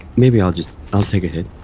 maybe i'll just i'll take a hit.